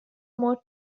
more